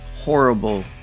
horrible